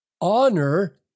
honor